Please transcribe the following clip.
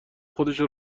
خودشو